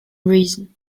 reason